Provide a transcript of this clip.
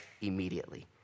immediately